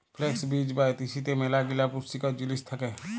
flakes বীজ বা তিসিতে ম্যালাগিলা পুষ্টিকর জিলিস থ্যাকে